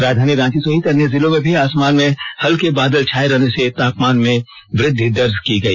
राजधानी रांची सहित अन्य जिलों में भी आसमान में हल्के बादल छाये रहने से तापमान में वृद्धि दर्ज की गई